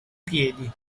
piedi